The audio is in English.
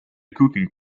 cooking